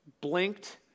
blinked